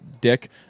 dick